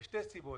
בשל שתי סיבות.